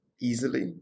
easily